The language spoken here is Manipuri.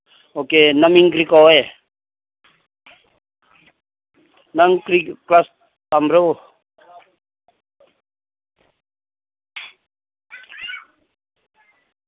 ꯑꯣꯀꯦ ꯅꯃꯤꯡ ꯀꯔꯤ ꯀꯧꯋꯦ ꯅꯪ ꯀꯔꯤ ꯀ꯭ꯂꯥꯁ ꯇꯝꯕ꯭ꯔꯣ